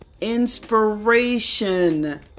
inspiration